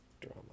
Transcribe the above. drama